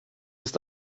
ist